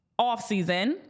offseason